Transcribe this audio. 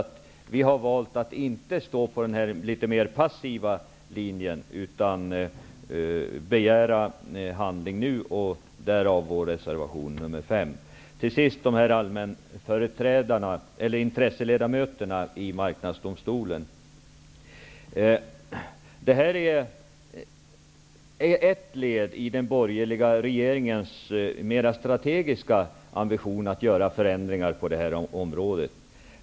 Därför har vi valt att inte stå på den mer passiva linjen, utan vi begär handling nu. Marknadsdomstolen är ett led i den borgerliga regeringens mer strategiska ambition att göra förändringar på det här området.